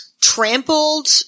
trampled